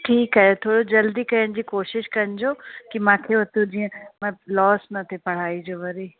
ठीकु आहे थोरो जल्दी करण जी कोशिशि कजो की मूंखे हुते जीअं बसि लॉस न थिए पढ़ाई जो वरी